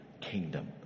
kingdom